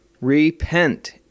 repent